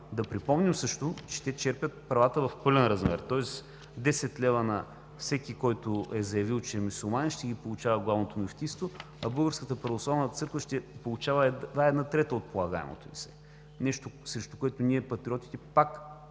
Да припомним също, че те черпят правата в пълен размер, тоест десет лева на всеки, който е заявил, че е мюсюлманин, ще ги получават в Главното мюфтийство, а Българската православна църква ще получава едва една трета от полагаемото ѝ се – нещо, срещу което ние, Патриотите, пак